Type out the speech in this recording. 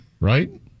Right